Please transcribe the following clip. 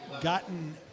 gotten